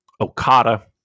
okada